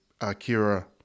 Akira